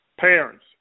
Parents